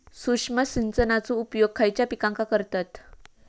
सूक्ष्म सिंचनाचो उपयोग खयच्या पिकांका करतत?